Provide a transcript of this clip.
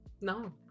no